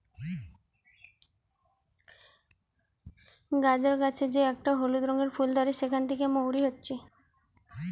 গাজর গাছের যে একটা হলুদ রঙের ফুল ধরে সেখান থিকে মৌরি হচ্ছে